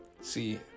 See